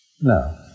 No